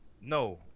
No